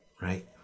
right